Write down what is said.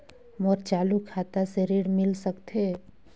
मोर चालू खाता से ऋण मिल सकथे?